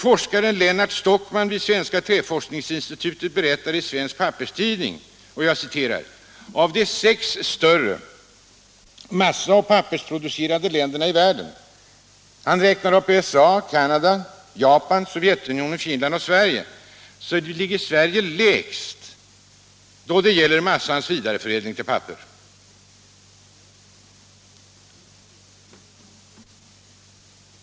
Forskaren Lennart Stockman vid Svenska träforskningsinstitutet berättar i Svensk Papperstidning att ”av de sex större massaoch pappersproducerande länderna i världen — USA, Canada, Japan, Sovjetunionen, Finland och Sverige — ligger Sverige lägst då det gäller massans vidareförädling till papper”.